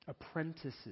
apprentices